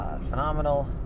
phenomenal